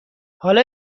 حالا